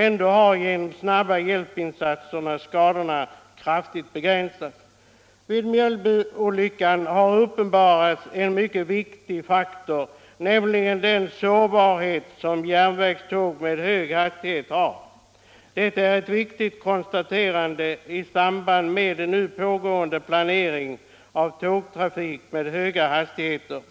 Ändå har genom snabba hjälpinsatser skadorna kraftigt begränsats. Vid Mjölbyolyckan har uppenbarats en mycket viktig faktor, nämligen den sårbarhet som järnvägståg med hög hastighet har. Detta är ett viktigt konstaterande i samband med nu pågående planering av tågtrafik med höga hastigheter.